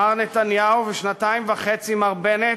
מר נתניהו, ושנתיים וחצי, מר בנט,